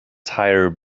tire